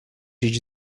iść